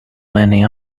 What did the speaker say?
many